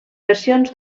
versions